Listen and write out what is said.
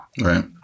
right